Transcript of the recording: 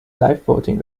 livevoting